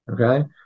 Okay